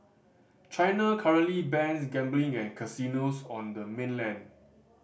China currently bans gambling and casinos on the mainland